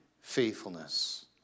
faithfulness